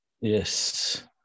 Yes